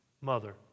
mother